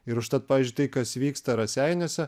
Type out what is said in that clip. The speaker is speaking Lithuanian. ir užtat pavyzdžiui tai kas vyksta raseiniuose